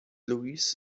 louis